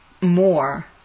more